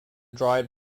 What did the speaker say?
dried